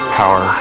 power